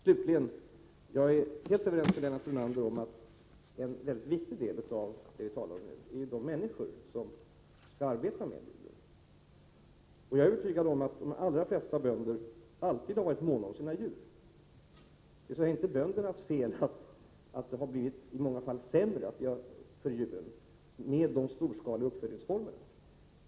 Slutligen: Jag är helt överens med Lennart Brunander om att en mycket viktig del av det vi talar om nu är de människor som skall arbeta med djuren. Jag är säker på att de allra flesta bönder alltid har varit måna om sina djur. Det är så att säga inte böndernas fel att det i många fall har blivit sämre för djuren med de storskaliga uppfödningsformerna.